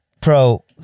Pro